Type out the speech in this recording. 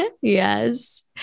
yes